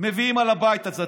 מביאים על הבית הזה,